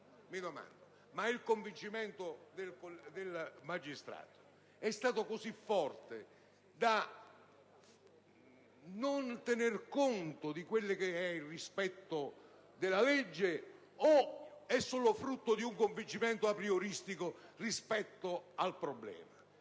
il convincimento del magistrato è stato così forte da non tener conto del rispetto della legge, oppure siamo di fronte ad un convincimento aprioristico rispetto al problema?